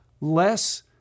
less